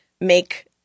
make